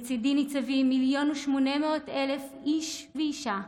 לצידי ניצבים מיליון ו-800,000 איש ואישה,